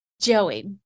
Joey